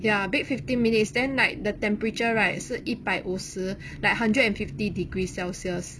ya bake fifteen minutes then like the temperature right 是一百五十 like hundred and fifty degrees celsius